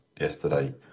yesterday